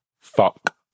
Fuck